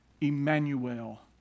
Emmanuel